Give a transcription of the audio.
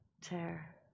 Tear